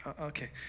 Okay